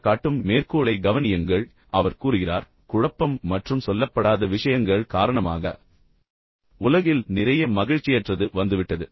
அவர் காட்டும் மேற்கோளை கவனியுங்கள் அவர் கூறுகிறார் குழப்பம் மற்றும் சொல்லப்படாத விஷயங்கள் காரணமாக உலகில் நிறைய மகிழ்ச்சியற்றது வந்துவிட்டது